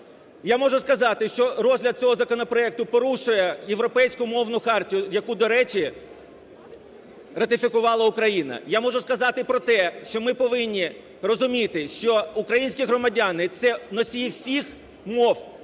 Я можу сказати, що розгляд цього законопроекту порушує Європейську мовну хартію, яку, до речі, ратифікувала Україна. Я можу сказати про те, що ми повинні розуміти, що українські громадяни, це носії всіх мов,